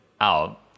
out